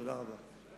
תודה רבה.